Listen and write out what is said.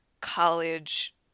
college